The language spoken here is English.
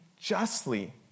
justly